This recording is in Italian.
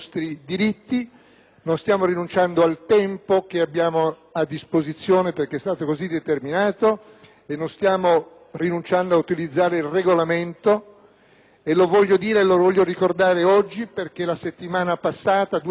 non stiamo rinunciando al tempo che abbiamo a disposizione, perché è stato così determinato, e non stiamo rinunciando a utilizzare il Regolamento. Lo voglio ricordare oggi perché due settimane fa siamo stati,